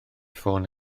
ffôn